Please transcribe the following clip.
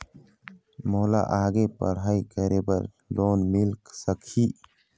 मोला आगे पढ़ई करे बर लोन मिल सकही?